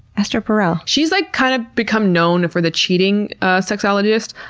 esther perel. she's like kind of become known for the cheating ah sexologist.